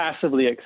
passively